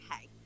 hey